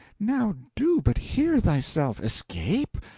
now do but hear thyself! escape?